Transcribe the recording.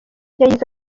yagize